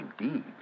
indeed